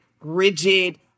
rigid